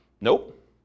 nope